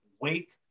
wake